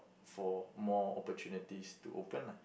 for more opportunities to open lah